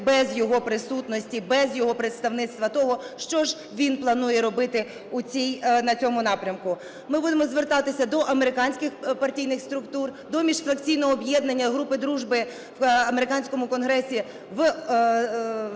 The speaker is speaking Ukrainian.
без його присутності, без його представництва того, що ж він планує робити на цьому напрямку. Ми будемо звертатися до американських партійних структур, до міжфракційного об'єднання групи дружби в американському Конгресі з Україною